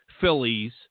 Phillies